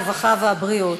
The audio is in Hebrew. הרווחה והבריאות.